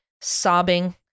sobbing